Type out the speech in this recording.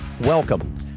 Welcome